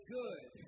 good